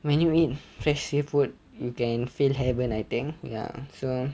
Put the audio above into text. when you eat fresh seafood you can feel heaven I think ya so